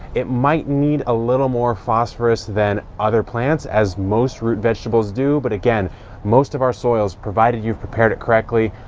it might need a little more phosphorus than other plants as most root vegetables do. but again most of our soils, provided you've prepared it correctly,